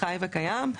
חי וקיים.